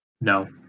No